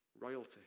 royalty